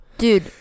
Dude